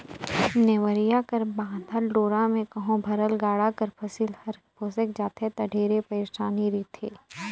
नेवरिया कर बाधल डोरा मे कहो भरल गाड़ा कर फसिल हर भोसेक जाथे ता ढेरे पइरसानी रिथे